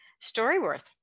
StoryWorth